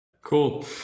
cool